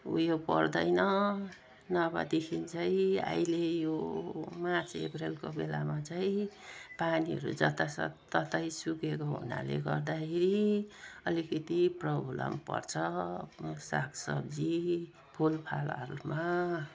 उयो पर्दैन नभएदेखि चाहिँ अहिले यो मार्च अप्रेलको बेलामा चाहिँ पानीहरू जताततै सुकेको हुनाले गर्दाखेरि अलिकति प्रब्लम पर्छ सागसब्जी फुलफलहरूमा